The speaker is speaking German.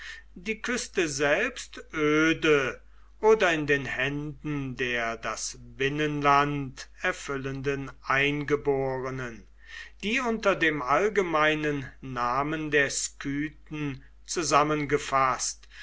die küste selbst öde oder in den händen der das binnenland erfüllenden eingeborenen die unter dem allgemeinen namen der skythen zusammengefaßt